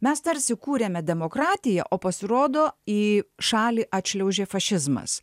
mes tarsi kūrėme demokratiją o pasirodo į šalį atšliaužė fašizmas